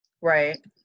Right